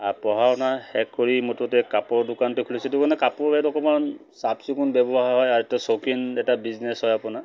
পঢ়া শুনা শেষ কৰি মুঠতে কাপোৰ দোকানটো খুলিছো সেইটো মানে কাপোৰটো অকণমান চাফ চিকুণ ব্যৱসায় হয় আৰু চৌকিন এটা বিজনেছ হয় আপোনাৰ